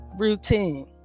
Routine